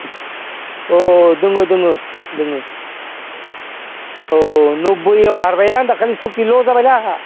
अ दङ दङ औ नब्ब'इआव हरबायलां दाखालि सय किल' जाबायलै आंहा